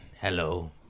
Hello